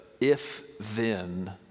if-then